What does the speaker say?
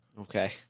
Okay